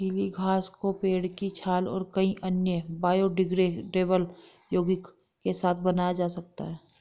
गीली घास को पेड़ की छाल और कई अन्य बायोडिग्रेडेबल यौगिक के साथ बनाया जा सकता है